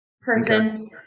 person